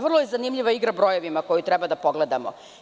Vrlo je zanimljiva igra brojevima koju treba da pogledamo.